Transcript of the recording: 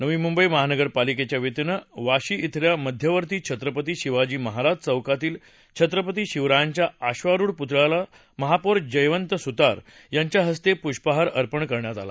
नवी मुंबई महानगरपालिकेच्या वतीनं वाशी इथल्या मध्यवर्ती छत्रपती शिवाजी महाराज चौकातील छत्रपती शिवरायांच्या अश्वारूढ पुतळ्याला महापौर जयवंत सुतार यांच्या हस्ते पुष्पहार अर्पण करण्यात आला